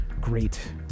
great